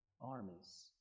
armies